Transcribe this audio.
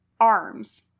arms